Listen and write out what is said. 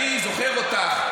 אני זוכר אותך,